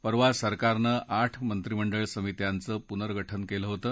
परवा सरकारनं आठ मंत्रिमंडळ समित्यांचं पुनर्गठन केलं होतं